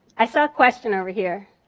i saw a question over here.